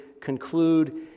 conclude